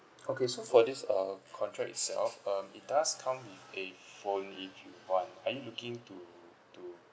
okay so for this uh contract itself um it does come with a phone if you want are you looking to to